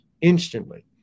instantly